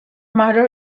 mother